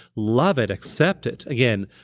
love it. accept it. again,